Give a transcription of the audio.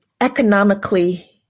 economically